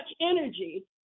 energy